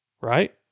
Right